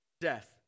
death